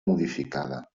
modificada